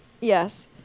Yes